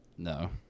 No